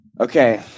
Okay